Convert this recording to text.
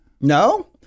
no